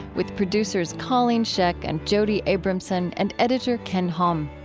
with producers colleen scheck and jody abramson and editor ken hom.